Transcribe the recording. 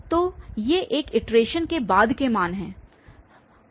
तो ये एक इटरेशन के बाद के मान हैं